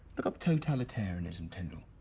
look up totalitarianism, tindall.